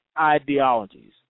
ideologies